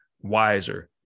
wiser